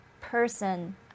person